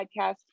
podcast